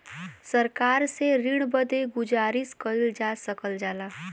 सरकार से ऋण बदे गुजारिस कइल जा सकल जाला